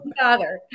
father